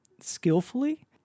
skillfully